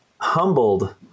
humbled